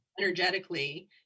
energetically